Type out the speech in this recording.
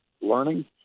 learning